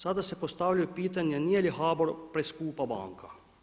Sada se postavlja pitanje nije li HBOR preskupa banka?